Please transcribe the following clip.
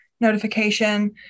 notification